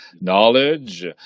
knowledge